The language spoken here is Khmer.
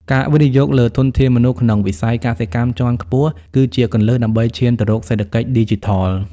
ការវិនិយោគលើធនធានមនុស្សក្នុងវិស័យកសិកម្មជាន់ខ្ពស់ គឺជាគន្លឹះដើម្បីឈានទៅរកសេដ្ឋកិច្ចឌីជីថល។